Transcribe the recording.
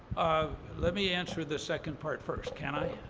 let me answer the second part first, can i?